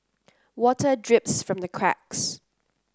water drips from the cracks